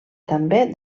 també